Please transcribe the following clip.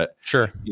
Sure